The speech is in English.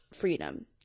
freedom